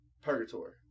Purgatory